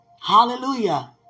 Hallelujah